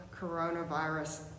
coronavirus